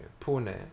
pune